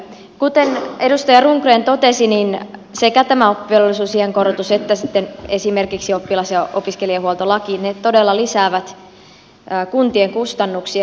kuten edustaja rundgren totesi sekä tämä oppivelvollisuusiän korotus että esimerkiksi oppilas ja opiskelijahuoltolaki todella lisäävät kun tien kustannuksia